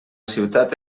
ciutat